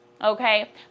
okay